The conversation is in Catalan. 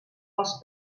els